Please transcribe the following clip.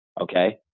okay